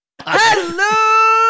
Hello